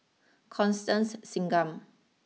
Constance Singam